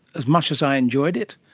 as much as i enjoyed it,